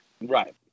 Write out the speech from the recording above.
Right